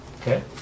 Okay